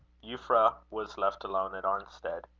euphra was left alone at arnstead.